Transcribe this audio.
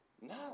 No